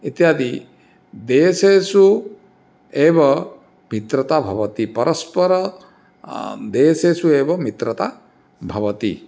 इत्यादि देशेषु एव मित्रता भवति परस्परं देशेषु एव मित्रता भवति